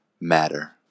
Matter